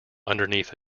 underneath